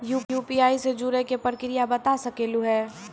UPI से जुड़े के प्रक्रिया बता सके आलू है?